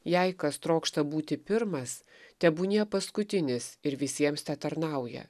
jei kas trokšta būti pirmas tebūnie paskutinis ir visiems tetarnauja